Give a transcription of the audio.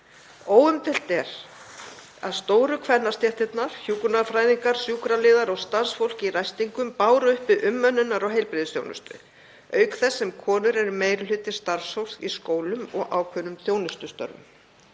Óumdeilt er að stóru kvennastéttirnar; hjúkrunarfræðingar, sjúkraliðar og starfsfólk í ræstingum, báru uppi umönnunar- og heilbrigðisþjónustu auk þess sem konur eru meiri hluti starfsfólks í skólum og ákveðnum þjónustustörfum.